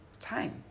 time